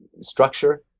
structure